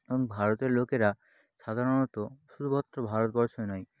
এবং ভারতের লোকেরা সাধারণত শুধুমাত্র ভারতবর্ষেই নয়